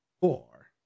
four